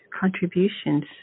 contributions